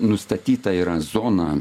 nustatyta yra zona